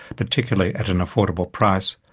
particularly at an affordable price,